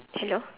hello